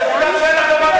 תתבייש.